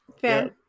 fair